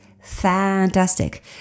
fantastic